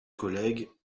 collègues